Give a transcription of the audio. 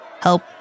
help